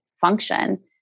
function